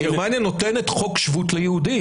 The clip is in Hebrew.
אבל גרמניה נותנת חוק שבות ליהודים.